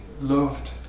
loved